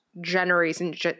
generations